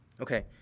Okay